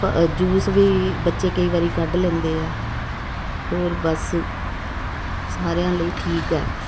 juice ਵੀ ਬੱਚੇ ਕਈ ਵਾਰੀ ਕੱਢ ਲੈਂਦੇ ਆ ਹੋਰ ਬੱਸ ਸਾਰਿਆਂ ਲਈ ਠੀਕ ਹੈ